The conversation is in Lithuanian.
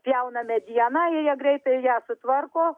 pjauna medieną ir jie greitai ją sutvarko